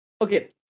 Okay